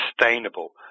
sustainable